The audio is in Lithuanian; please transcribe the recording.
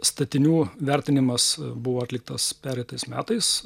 statinių vertinimas buvo atliktas pereitais metais